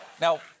Now